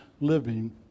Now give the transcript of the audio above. living